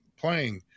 playing